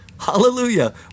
hallelujah